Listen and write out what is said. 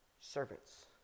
servants